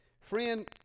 Friend